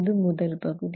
இது முதல் பகுதி